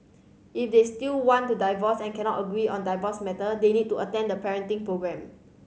if they still want to divorce and cannot agree on divorce matter they need to attend the parenting programme